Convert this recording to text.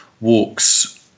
Walks